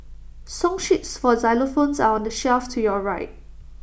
song sheets for xylophones are on the shelf to your right